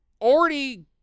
already